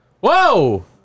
Whoa